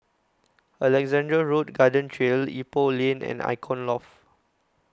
Alexandra Road Garden Trail Ipoh Lane and Icon Loft